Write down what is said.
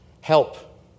Help